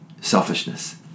selfishness